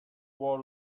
war